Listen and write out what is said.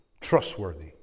trustworthy